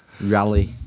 rally